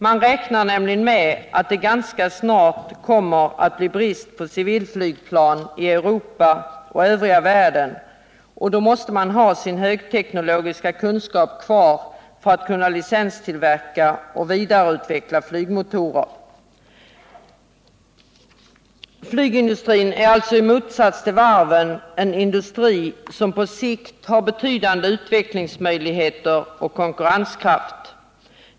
Man räknar nämligen med att det ganska snart kommer att bli brist på civilflygplan i Europa och övriga världen. Då måste man ha sin högteknologiska kunskap kvar för att kunna licenstillverka och vidareutveckla flygmotorer. Flygindustrin är alltså, i motsats till varven, en industri som på sikt har betydande utvecklingsmöjligheter och stor konkurrenskraft.